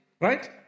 right